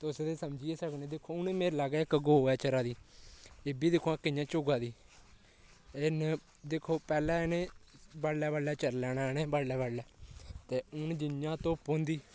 तुस ते समझी गै सकने दिक्खो हून मेरे लागै इक गौऽ ऐ चरा दी एह्बी दिक्खो आं कि'यां ऐ चुग्गा दी दिक्खो पैह्ले इ'नें बड्डलै बड्डलै चर लैना इ'नें बड्डलै ते हून जि'यां धोप होंदी